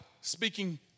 speaking